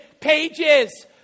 pages